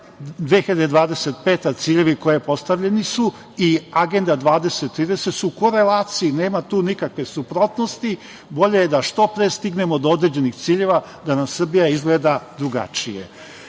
ciljevi koji su postavljeni do 2025. i Agenda 20-30 su u korelaciji. Tu nema nikakve suprotnosti. Bolje je da što pre stignemo do određenih ciljeva, da nam Srbija izgleda drugačije. Isto